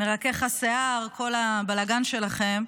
מרכך השיער, כל הבלגן שלכם,